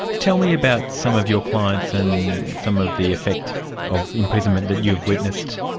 tell me about some of your clients and some of the effect of imprisonment that you've witnessed.